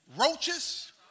roaches